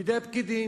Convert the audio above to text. בידי פקידים.